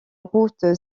route